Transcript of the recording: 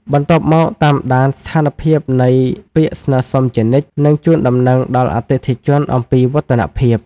បន្ទាប់មក តាមដានស្ថានភាពនៃពាក្យស្នើសុំជានិច្ច និងជូនដំណឹងដល់អតិថិជនអំពីវឌ្ឍនភាព។